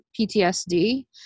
PTSD